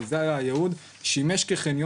אבל זה היה הייעוד ובפועל הוא שימש כחניון.